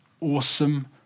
awesome